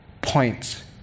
points